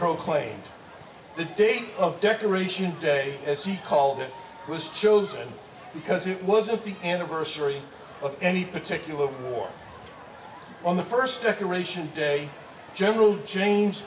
proclaimed the date of decoration day as he called it was chosen because it was at the anniversary of any particular war on the first decoration day general james